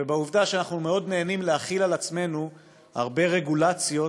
ובעובדה שאנחנו מאוד נהנים להחיל על עצמנו הרבה רגולציות